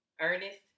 Ernest